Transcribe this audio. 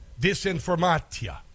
Disinformatia